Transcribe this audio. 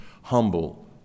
humble